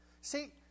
See